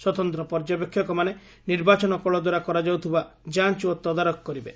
ସ୍ୱତନ୍ତ ପର୍ଯ୍ୟବେକ୍ଷକମାନେ ନିର୍ବାଚନ କଳ ଦ୍ୱାରା କରାଯାଉଥିବା ଯାଞ୍ଚ ଓ ତଦାରଖ କରିବେ